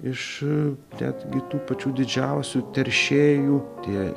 iš netgi tų pačių didžiausių teršėjų tie